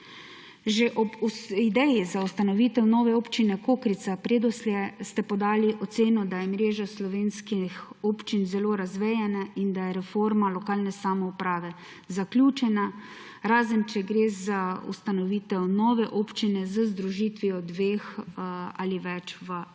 Že ob ideji za ustanovitev nove občine Kokrica - Predoslje ste podali oceno, da je mreža slovenskih občin zelo razvejana in da je reforma lokalne samouprave zaključena, razen če gre za ustanovitev nove občine z združitvijo dveh ali več v eno